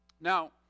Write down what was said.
Now